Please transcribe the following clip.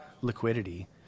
liquidity